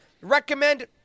Recommend